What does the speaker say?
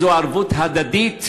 איזו ערבות הדדית